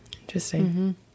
Interesting